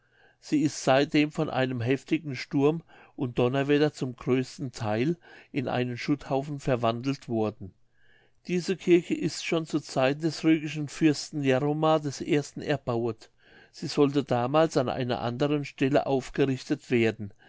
sie ist seitdem von einem heftigen sturm und donnerwetter zum größten theil in einen schutthaufen verwandelt worden diese kirche ist schon zu zeiten des rügischen fürsten jaromar i erbauet sie sollte damals an einer anderen stelle aufgerichtet werden